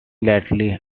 lightly